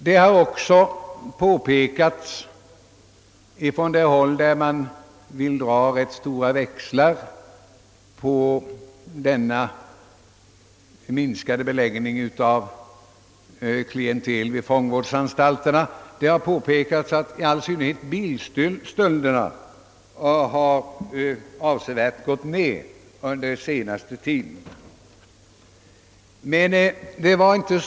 Det har också påpekats från det håll, där man vill dra rätt stora växlar på denna minskade beläggning av klientelet vid fångvårdsanstalterna, att i all synnerhet antalet bilstölder under den senaste tiden avsevärt gått ned.